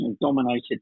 dominated